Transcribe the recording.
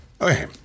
Okay